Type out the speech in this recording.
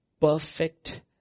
perfect